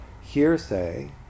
hearsay